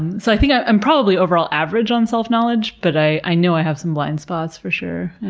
so i think i'm i'm probably overall average on self-knowledge, but i now i have some blind spots for sure.